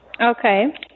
Okay